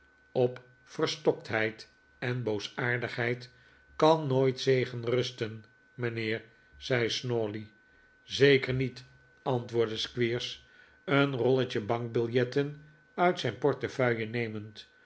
op verstoktheid en boosaardigheid kan nooit zegen rusten mijnheer zei snawley zeker niet antwoordde squeers een rolletje bankbiljetten uit zijn portefeuille nemend